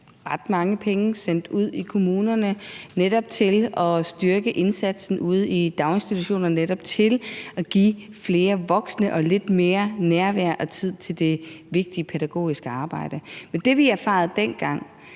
ret mange penge at sende ud til kommunerne til netop at styrke indsatsen ude i daginstitutionerne for at få flere voksne og give lidt mere nærvær og tid til det vigtige pædagogiske arbejde. Men det, vi erfarede dengang